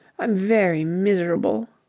i'm very miserable.